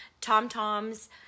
TomTom's